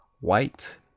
white